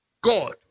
God